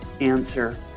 answer